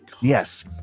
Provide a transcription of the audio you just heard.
Yes